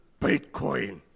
Bitcoin